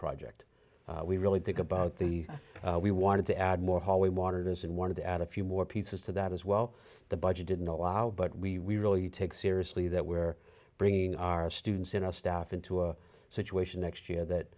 project we really think about the we wanted to add more hallway waters and wanted to add a few more pieces to that as well the budget didn't allow but we really take seriously that we're bringing our students in our staff into a situation next year that